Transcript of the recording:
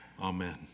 Amen